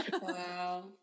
Wow